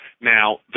Now